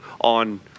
on